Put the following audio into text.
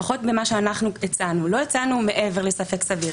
לפחות במה שאנחנו הצענו, לא הצענו מעבר לספק סביר.